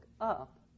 up